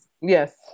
Yes